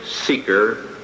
seeker